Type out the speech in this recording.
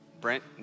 Brent